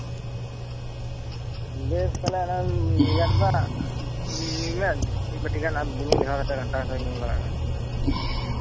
ᱵᱮᱥ ᱛᱟᱞᱦᱮ ᱚᱱᱟ ᱨᱮᱭᱟᱲ ᱫᱟᱜᱽ ᱧᱩᱭ ᱢᱮ ᱢᱤᱫ ᱵᱟᱴᱤ ᱜᱟᱱ ᱵᱩᱥᱩᱝ ᱞᱮᱣᱦᱟ ᱠᱟᱛᱮ ᱜᱷᱟᱱᱴᱟ ᱠᱟᱛᱮ ᱧᱩᱭ ᱢᱮ